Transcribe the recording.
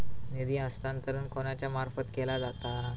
निधी हस्तांतरण कोणाच्या मार्फत केला जाता?